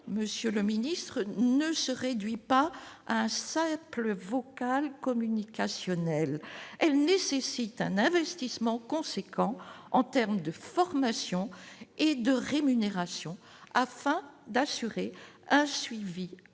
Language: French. monsieur le ministre ne se réduit pas à un simple vocale communicationnel, elle nécessite un investissement conséquent en terme de formation et de rémunération afin d'assurer un suivi